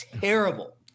terrible